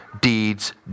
deeds